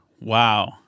Wow